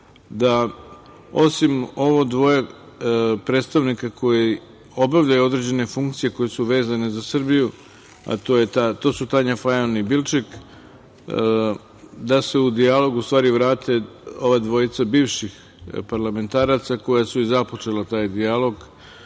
da osim ovo dvoje predstavnika koji obavljaju određene funkcije koje su vezane za Srbiju, a to su Tanja Fajon i Bilčik, da se u dijalog vrate ova dvojica bivših parlamentaraca, koji su i započeli taj dijalog,